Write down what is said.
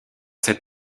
cette